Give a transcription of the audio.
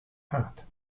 hat